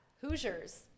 Hoosiers